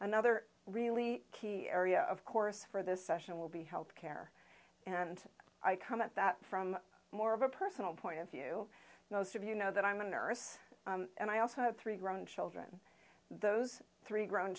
another really key area of course for this session will be health care and i come at that from more of a personal point of view most of you know that i'm going to earth and i also have three grown children those three grown